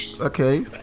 okay